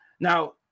Now